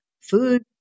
Food